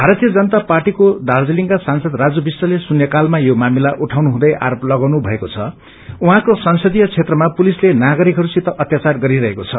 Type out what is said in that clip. मारतीय जनता पार्टीको दार्जीलिङका सांसद राजू विष्टले शून्यकालमा यो मामिला उठाउनु हुँदै आरोप लगाउनु मएको छ उहाँको संसदीय क्षेत्रमा पुलिसले नागरिकहरूसित अत्याचार गरीरहेको छ